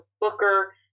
booker